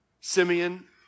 Simeon